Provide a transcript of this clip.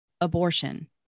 abortion